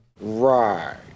Right